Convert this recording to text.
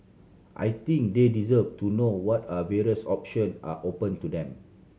I think they deserve to know what are various option are open to them